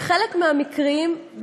בחלק מהמקרים,